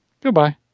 Goodbye